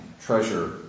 treasure